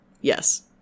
Yes